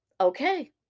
okay